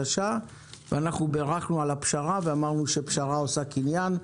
ואנחנו בירכנו על הפשרה ואמרנו שפשרה עושה קניין.